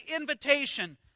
invitation